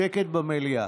שקט במליאה.